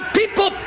people